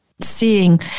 seeing